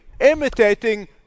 imitating